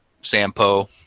Sampo